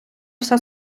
все